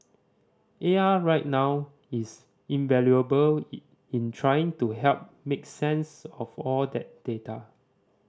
A I right now is invaluable in trying to help make sense of all that data